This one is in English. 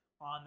on